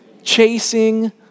chasing